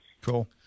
Cool